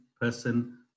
person